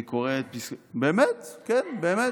אני קורא את פסקי, באמת, כן באמת.